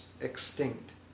extinct